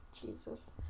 Jesus